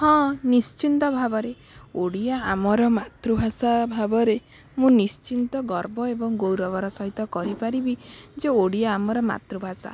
ହଁ ନିଶ୍ଚିନ୍ତ ଭାବରେ ଓଡ଼ିଆ ଆମର ମାତୃଭାଷା ଭାବରେ ମୁଁ ନିଶ୍ଚିନ୍ତ ଗର୍ବ ଏବଂ ଗୌରବର ସହିତ କରିପାରିବି ଯେ ଓଡ଼ିଆ ଆମର ମାତୃଭାଷା